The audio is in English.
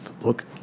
look